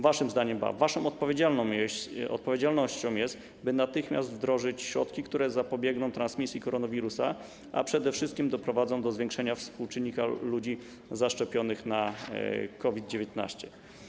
Waszym zadaniem, waszą odpowiedzialnością jest to, by natychmiast wdrożyć środki, które zapobiegną transmisji koronawirusa, a przede wszystkim doprowadzą do zwiększenia współczynnika ludzi zaszczepionych na COVID-19.